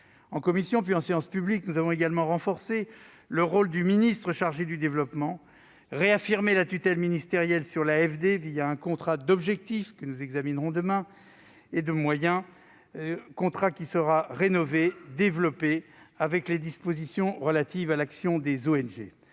En commission, puis en séance publique, nous avons également renforcé le rôle du ministre chargé du développement, réaffirmé la tutelle ministérielle sur l'AFD un contrat d'objectifs et de moyens, contrat qui sera rénové et développé avec des dispositions relatives à l'action des ONG.